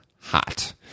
hot